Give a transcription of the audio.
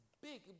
big